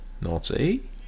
naughty